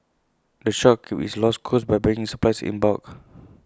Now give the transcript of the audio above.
the shop keeps its low costs by buying its supplies in bulk